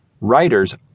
Writers